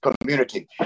community